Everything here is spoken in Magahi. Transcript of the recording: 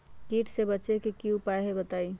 कीट से बचे के की उपाय हैं बताई?